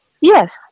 Yes